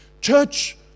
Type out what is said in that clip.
Church